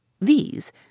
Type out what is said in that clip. These